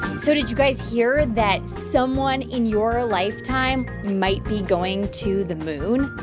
so did you guys hear that someone in your lifetime might be going to the moon?